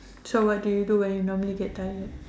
so what do you do when you normally get tired